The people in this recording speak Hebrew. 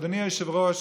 אדוני היושב-ראש,